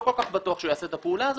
לא כל כך בטוח שהוא יעשה את הפעולה הזאת.